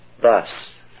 Thus